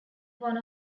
one